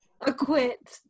acquit